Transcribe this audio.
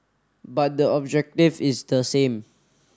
but the objective is the same